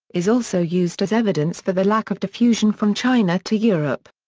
is also used as evidence for the lack of diffusion from china to europe.